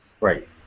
Right